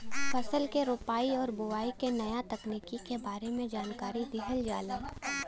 फसल के रोपाई आउर बोआई के नया तकनीकी के बारे में जानकारी दिहल जाला